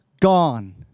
gone